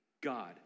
God